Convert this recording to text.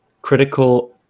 critical